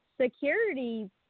security